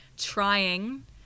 trying